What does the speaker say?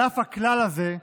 על אף הכלל הזה,